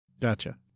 Gotcha